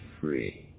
free